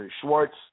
Schwartz